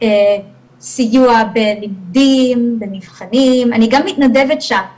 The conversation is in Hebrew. סיוע בלימודים, במבחנים, אני גם מתנדבת שם בנוסף,